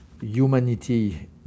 humanity